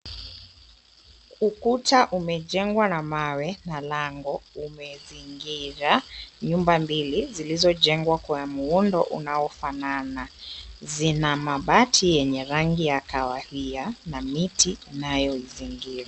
Ukuta umejengwa na mawe na lango umezingira nyumba mbili zilizo jengwa kwa muundo unao fanana. Zina mabati zenye rangi ya kahawia na miti inayo izingira.